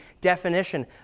definition